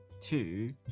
two